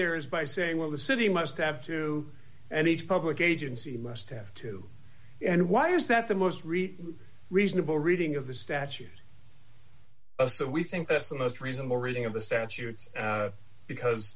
there is by saying well the city must have to and each public agency must have two and why is that the most read reasonable reading of the statute so we think that's the most reasonable reading of the statutes because